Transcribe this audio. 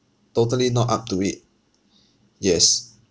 totally not up to it yes